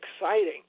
exciting